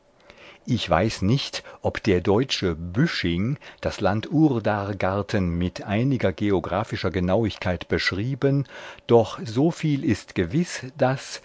ich weiß nicht ob der deutsche büsching das land urdargarten mit einiger geographischer genauigkeit beschrieben doch so viel ist gewiß daß